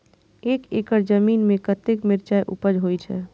एक एकड़ जमीन में कतेक मिरचाय उपज होई छै?